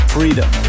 Freedom